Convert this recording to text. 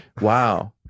Wow